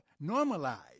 normalized